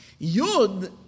Yud